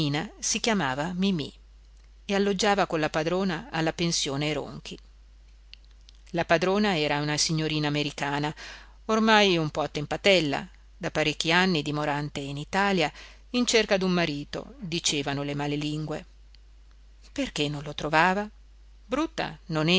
si chiamava mimì e alloggiava con la padrona alla pensione ronchi la padrona era una signorina americana ormai un po attempatella da parecchi anni dimorante in italia in cerca d'un marito dicevano le male lingue perché non lo trovava brutta